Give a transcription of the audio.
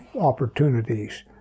opportunities